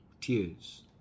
tears